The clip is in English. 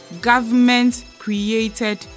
Government-created